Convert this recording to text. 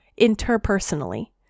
interpersonally